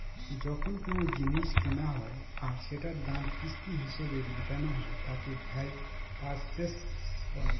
যখন কোনো জিনিস কেনা হয় আর সেটার দাম কিস্তি হিসেবে মেটানো হয় তাকে হাই পারচেস বলে